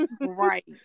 right